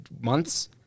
months